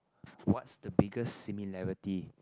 what's the biggest similarity